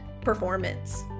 performance